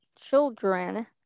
children